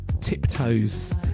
Tiptoes